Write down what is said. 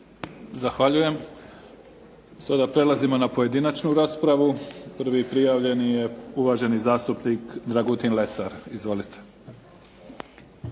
Zahvaljujem. Sada prelazimo na pojedinačnu raspravu. Prvi prijavljeni je uvaženi zastupnik Dragutin Lesar. Izvolite.